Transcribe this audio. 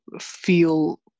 feel